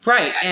Right